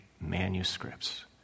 manuscripts